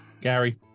Gary